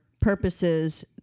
purposes